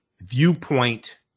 viewpoint